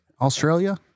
Australia